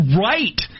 right